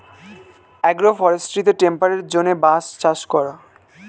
agro ফরেস্ট্রিতে temperate জোনে বাঁশ চাষ হয়